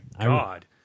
god